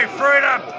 freedom